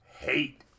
Hate